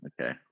Okay